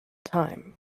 time